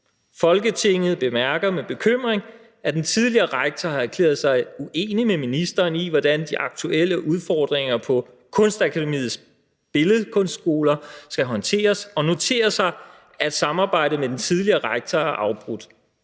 Folketinget bemærker med bekymring, at den tidligere rektor har erklæret sig uenig med ministeren i, hvordan de aktuelle udfordringer på Kunstakademiets Billedkunstskoler skal håndteres, og noterer sig, at samarbejdet med den tidligere rektor er afbrudt.